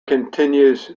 continues